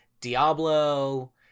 Diablo